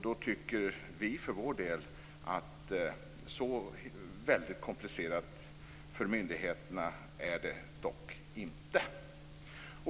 Då tycker vi för vår del att så väldigt komplicerat för myndigheterna är det dock inte.